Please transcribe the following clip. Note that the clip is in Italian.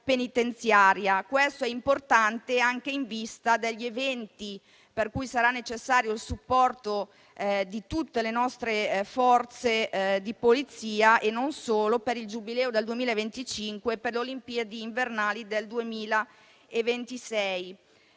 penitenziaria. Questo è importante anche in vista degli eventi per cui sarà necessario il supporto di tutte le nostre Forze di polizia, e non solo, per il Giubileo del 2025 e per le Olimpiadi invernali del 2026.